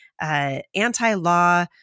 anti-law